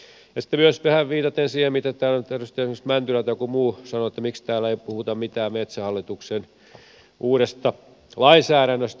sitten viitaten siihen mitä täällä esimerkiksi edustaja mäntylä tai joku muu sanoi että miksi täällä ei puhuta mitään metsähallituksen uudesta lainsäädännöstä